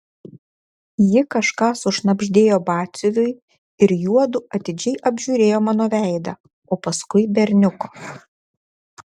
ji kažką sušnabždėjo batsiuviui ir juodu atidžiai apžiūrėjo mano veidą o paskui berniuko